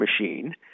machine